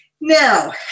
Now